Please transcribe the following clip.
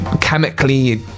chemically